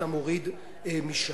אתה מוריד משם.